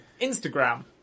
Instagram